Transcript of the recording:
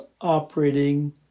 operating